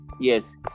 Yes